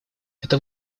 это